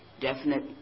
definite